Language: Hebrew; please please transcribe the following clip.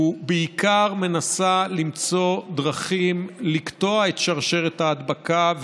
ובעיקר למצוא דרכים לקטוע את שרשרת ההדבקה,